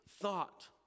thought